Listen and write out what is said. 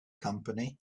company